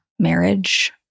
marriage